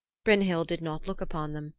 brynhild did not look upon them,